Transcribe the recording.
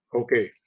Okay